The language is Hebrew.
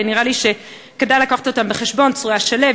ונראה לי שכדאי להביא אותם בחשבון: צרויה שלו,